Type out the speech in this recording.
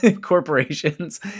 Corporations